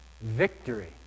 victory